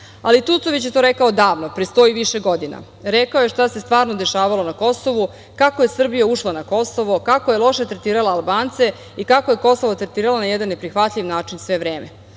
Tucović je to rekao odavno, pre sto i više godina. Rekao je šta se stvarno dešavalo na Kosovu, kako je Srbija ušla na Kosovo, kako je loše tretirala Albance i kako je Kosovo tretirala na jedan neprihvatljiv način sve vreme,